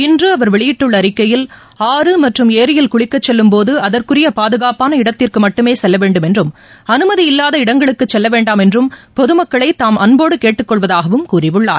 இன்றுஅவர் வெளியிட்டுள்ளஅறிக்கையில் ஆறு மற்றும் ஏரியில் குளிக்கச்செல்லும் போது அதற்குரியபாதுகாப்பான இடத்திற்குமட்டுமேசெல்லவேண்டும் என்றும் அனுமதி இல்லாத இடங்களுக்குசெல்லவேண்டாம் என்றும் பொதுமக்களைதாம் அன்போடுகேட்டுக்கொள்வதாகவும் கூறியுள்ளார்